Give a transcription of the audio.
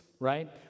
Right